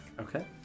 Okay